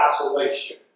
isolation